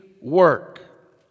work